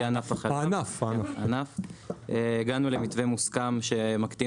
ענף החלב הגענו למתווה מוסכם שמקטין